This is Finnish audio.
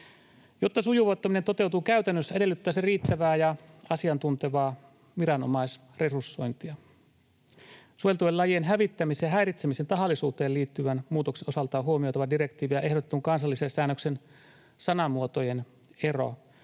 Jotta sujuvoittaminen toteutuu käytännössä, edellyttää se riittävää ja asiantuntevaa viranomaisresursointia. Suojeltujen lajien hävittämisen ja häiritsemisen tahallisuuteen liittyvän muutoksen osalta on huomioitava direktiivin ja ehdotetun kansallisen säännöksen sanamuotojen ero.